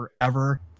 forever